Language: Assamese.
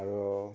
আৰু